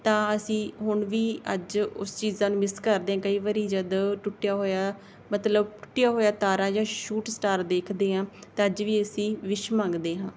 ਤਾਂ ਅਸੀਂ ਹੁਣ ਵੀ ਅੱਜ ਉਸ ਚੀਜ਼ਾਂ ਨੂੰ ਮਿਸ ਕਰਦੇ ਹਾਂ ਕਈ ਵਾਰ ਜਦੋਂ ਟੁੱਟਿਆ ਹੋਇਆ ਮਤਲਬ ਟੁੱਟਿਆ ਹੋਇਆ ਤਾਰਾ ਜਾਂ ਸ਼ੂਟ ਸਟਾਰ ਦੇਖਦੇ ਹਾਂ ਤਾਂ ਅੱਜ ਵੀ ਅਸੀਂ ਵਿਸ਼ ਮੰਗਦੇ ਹਾਂ